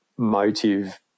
motive